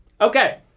Okay